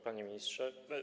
Panie Ministrze!